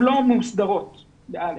מוסדרות.